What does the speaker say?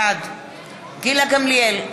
בעד גילה גמליאל,